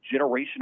generational